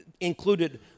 included